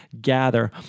gather